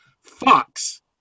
Fox